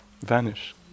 vanish